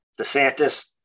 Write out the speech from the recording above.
DeSantis